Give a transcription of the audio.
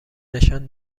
نشان